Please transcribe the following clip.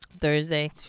Thursday